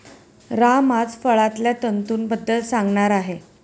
राम आज फळांतल्या तंतूंबद्दल सांगणार आहे